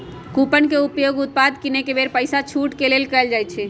coupon के उपयोग उत्पाद किनेके बेर पइसामे छूट के लेल कएल जाइ छइ